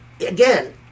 again